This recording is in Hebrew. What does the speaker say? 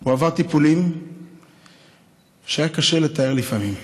הוא עבר טיפולים שהיה קשה לתאר, לפעמים.